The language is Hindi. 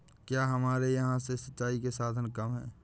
क्या हमारे यहाँ से सिंचाई के साधन कम है?